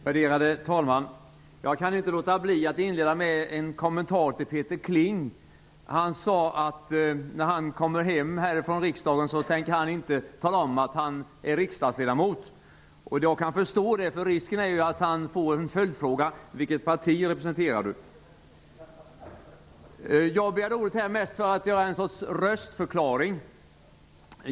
Värderade talman! Jag kan inte låta bli att inleda med en kommentar till Peter Kling. Han sade att han när han kommer hem från riksdagen inte tänker tala om att han är riksdagsledamot. Jag kan förstå det, för risken är ju att han får följdfrågan: Vilket parti representerar du? Jag begärde ordet mest för att göra en sorts röstförklaring.